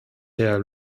herr